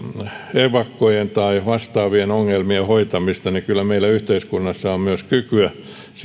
evakkojen tai vastaavien ongelmien hoitamista niin kyllä meillä yhteiskunnassa on myös kykyä silloin